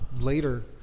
later